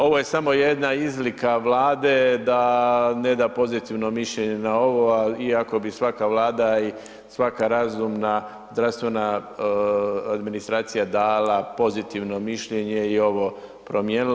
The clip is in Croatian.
Ovo je samo jedna izlika Vlade da ne da pozitivno mišljenje na ovo iako bi svaka Vlada i svaka razumna zdravstvena administracija dala pozitivno mišljenje i ovo promijenila.